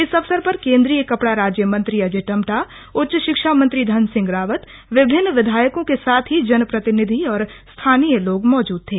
इस अवसर पर केंद्रीय कपड़ा राज्य मन्त्री अजय टम्टा उच्च शिक्षा मंत्री धनसिंह रावत विभिन्न विधायकों के साथ ही जन प्रतिनिधि और स्थानीय लोग मौजूद थे